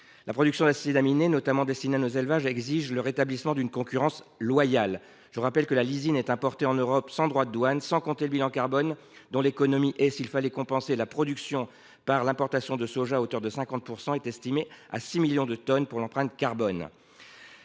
La production d’acides aminés notamment destinés à nos élevages exige le rétablissement d’une concurrence loyale. Je rappelle que la lysine est importée en Europe sans droit de douane et sans tenir compte du bilan carbone, dont l’économie, s’il fallait compenser la production par du soja à hauteur de 50 %, est estimée à 6 millions de tonnes pour l’empreinte carbone